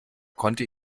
konnte